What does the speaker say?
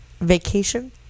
Vacation